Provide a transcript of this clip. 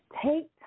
Take